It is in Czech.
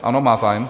Ano, má zájem.